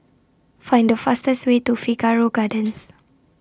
Find The fastest Way to Figaro Gardens